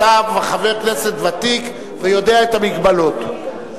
אתה חבר כנסת ותיק ויודע את ההגבלות.